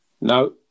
No